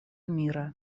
мира